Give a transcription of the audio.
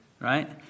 right